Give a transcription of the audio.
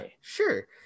sure